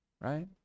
right